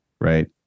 right